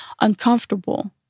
uncomfortable